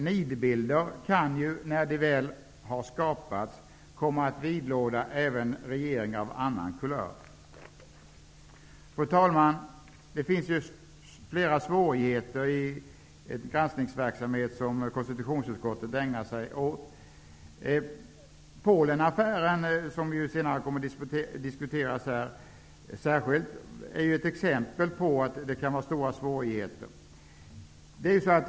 Nidbilder kan ju, när de väl har skapats, komma att vidlåda även regeringar av annan kulör. Fru talman! Det finns flera svårigheter i den granskningsverksamhet som konstitutionsutskottet ägnar sig åt. Polenaffären, som senare kommer att diskuteras här, är ett exempel på att det kan finnas stora svårigheter.